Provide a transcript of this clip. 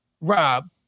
rob